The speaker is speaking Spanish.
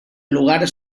lugar